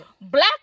Black